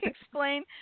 explain